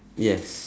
yes